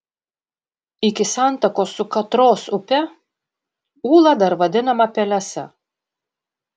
iki santakos su katros upe ūla dar vadinama pelesa